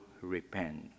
repent